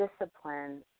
discipline